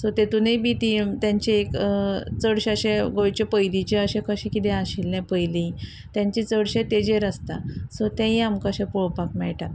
so तेतुनूय बी ती तेंचे एक चडशे अशे गोंयचे पयलींचे अशे कशे किदें आशिल्ले पयलीं तेंचे चडशे तेजेर आसता सो तेंवूय आमकां अशें पळोवपाक मेळटा